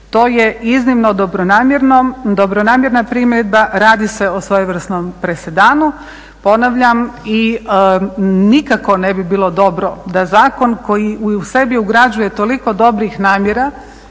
dobronamjerno, dobronamjerna primjedba, radi se o svojevrsnom presedanu. Ponavljam i nikako ne bi bilo dobro da zakon koji u sebi ugrađuje toliko dobrih namjera